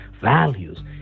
values